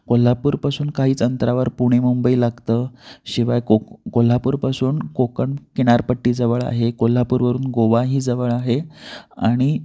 कोल्हापूरपासून काही अंतरावर पुणे मुंबई लागतं शिवाय कोक कोल्हापूरपासून कोकण किनारपट्टी जवळ आहे कोल्हापूरवरून गोवाही जवळ आहे आणि